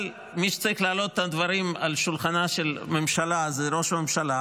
אבל מי שצריך להעלות את הדברים על שולחנה של הממשלה זה ראש הממשלה,